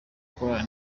choir